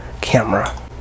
camera